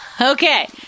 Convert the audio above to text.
Okay